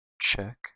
check